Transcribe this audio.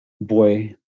boy